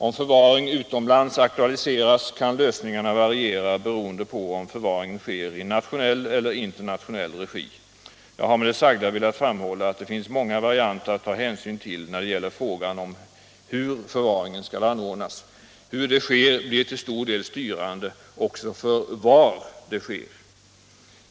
Om förvaring utomlands aktualiseras kan lösningarna variera beorende på om förvaringen sker i nationell eller internationell regi. Jag har med det sagda velat framhålla att det finns många varianter att ta hänsyn till när det gäller frågan hur förvaringen skall anordnas. Hur det sker blir till stor del styrande också för var det sker.